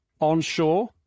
onshore